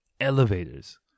elevators